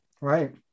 Right